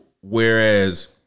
whereas